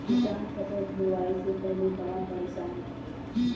किसान फसल बुआई से पहिले बड़ा परेशान रहेला